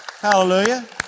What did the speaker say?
Hallelujah